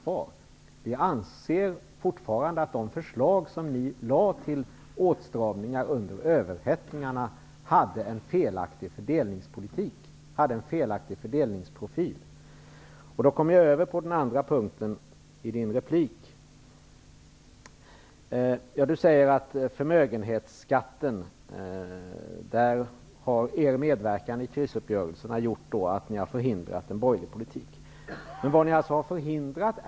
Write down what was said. Vi anser fortfarande att de förslag till åtstramningar under överhettningen som ni lade fram hade en felaktig fördelningspolitisk profil. Jag kommer då till den andra punkten i Allan Larssons replik. Allan Larsson säger att Socialdemokraternas medverkan i krisuppgörelserna har förhindrat en borgerlig politik när det gäller förmögenhetsskatten.